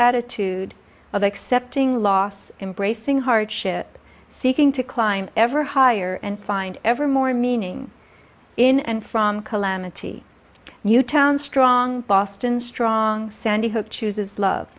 attitude of accepting loss embracing hardship seeking to climb ever higher and find ever more meaning in and from calamity newtown strong boston strong sandy hook chooses love